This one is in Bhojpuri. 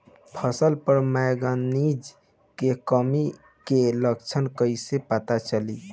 फसल पर मैगनीज के कमी के लक्षण कइसे पता चली?